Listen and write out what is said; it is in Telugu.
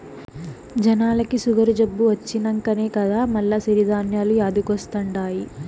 జనాలకి సుగరు జబ్బు వచ్చినంకనే కదా మల్ల సిరి ధాన్యాలు యాదికొస్తండాయి